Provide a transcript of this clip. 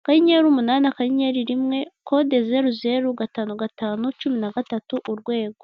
akanyenyeri umunani akanyenyeri rimwe kode zeru zeru gatanu gatanu cumi na gatatu urwego.